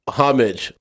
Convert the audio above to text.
homage